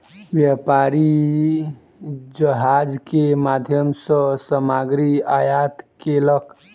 व्यापारी जहाज के माध्यम सॅ सामग्री आयात केलक